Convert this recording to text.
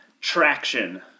traction